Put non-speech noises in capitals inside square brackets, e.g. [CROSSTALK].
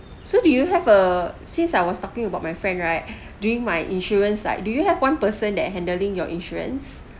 so do you have a since I was talking about my friend right [BREATH] during my insurance like do you have one person that handling your insurance